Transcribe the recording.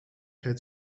het